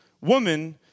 Woman